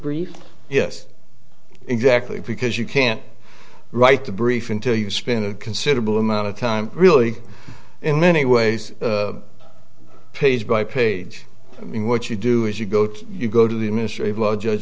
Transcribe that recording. brief yes exactly because you can't write the brief until you've spent a considerable amount of time really in many ways page by page i mean what you do is you go to you go to the administrative law judge